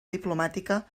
diplomàtica